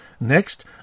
Next